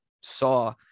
Saw